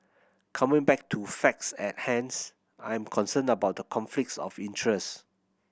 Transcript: coming back to facts at hands I'm concerned about the conflicts of interest